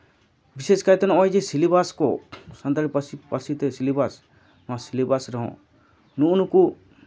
ᱵᱤᱥᱮᱥ ᱠᱟᱭᱛᱮ ᱱᱚᱜᱼᱚᱭ ᱡᱮ ᱥᱤᱞᱮᱵᱟᱥ ᱠᱚ ᱥᱟᱱᱛᱟᱲᱤ ᱯᱟᱹᱨᱥᱤᱛᱮ ᱥᱤᱞᱮᱵᱟᱥ ᱱᱚᱣᱟ ᱥᱤᱞᱮᱵᱟᱥ ᱨᱮᱦᱚᱸ ᱱᱩᱜᱼᱩ ᱱᱩᱠᱩ